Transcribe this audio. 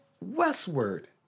westward